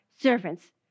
servants